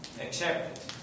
accepted